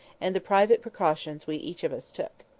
and the private precautions we each of us took.